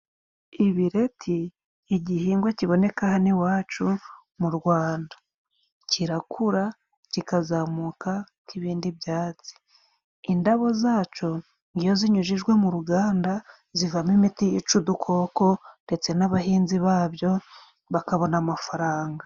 Ibireti igihingwa kiboneka hano iwacu mu Rwanda. kirakura kikazamuka nk'ibindi byatsi, indabo zaco iyo zinyujijwe mu ruganda zivamo imiti yica udukoko ndetse n'abahinzi babyo bakabona amafaranga.